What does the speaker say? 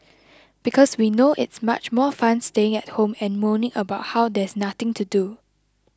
because we know it's much more fun staying at home and moaning about how there's nothing to do